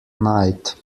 night